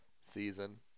season